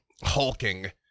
hulking